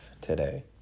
today